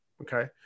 okay